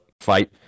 fight